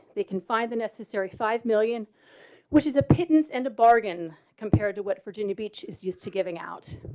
they can find the necessary five million which is a pittance and a bargain compared to what virginia beach is used to giving out